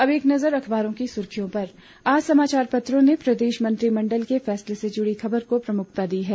अब एक नज़र अखबारों की सुर्खियों पर आज समाचार पत्रों ने प्रदेश मंत्रिमंडल के फैसले से जुड़ी खबर को प्रमुखता दी है